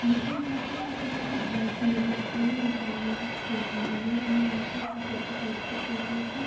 مجھے وہاں سے کافی زیادہ ہیلپ ملی تھی ڈرائنگ سیکھنے میں میں نے وہاں سے کافی اچھے طریقے سے سیکھ لی تھی